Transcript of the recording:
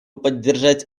поддержать